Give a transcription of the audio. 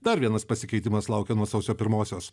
dar vienas pasikeitimas laukia nuo sausio pirmosios